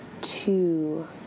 two